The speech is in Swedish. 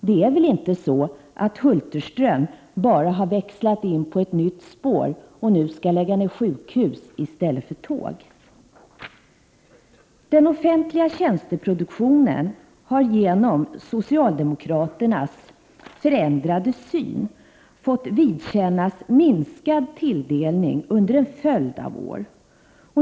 Det är väl inte så att Sven Hulterström bara har växlat in på ett nytt spår och nu skall lägga ner sjukhus i stället för järnvägar? Den offentliga tjänsteproduktionen har genom socialdemokraternas förändrade syn fått vidkännas minskad tilldelning under en följd av år.